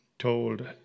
told